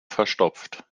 verstopft